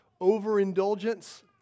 overindulgence